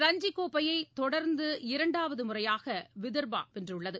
ரஞ்சிக் கோப்பையை தொடர்ந்து இரண்டாவது முறையாக விதர்பா வென்றுள்ளது